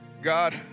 God